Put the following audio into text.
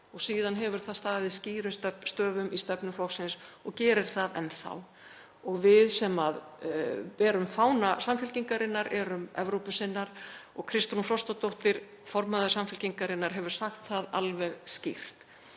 og síðan hefur það staðið skýrum stöfum í stefnu flokksins og gerir það enn þá og við sem berum fána Samfylkingarinnar erum Evrópusinnar og Kristrún Frostadóttir, formaður Samfylkingarinnar, hefur sagt það alveg skýrt.